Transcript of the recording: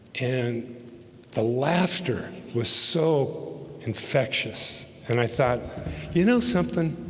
and the laughter was so infectious and i thought you know something